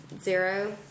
Zero